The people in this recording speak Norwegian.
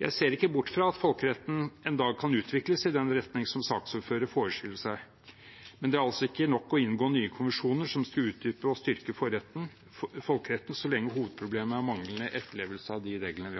Jeg ser ikke bort fra at folkeretten en dag kan utvikles i den retning som saksordføreren forestiller seg, men det er altså ikke nok å inngå nye konvensjoner som skal utdype og styrke folkeretten, så lenge hovedproblemet er manglende etterlevelse av de reglene